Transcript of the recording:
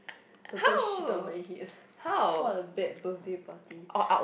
the bird shitted on my head what a bad birthday party